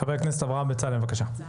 חבר הכנסת אברהם בצלאל, בבקשה .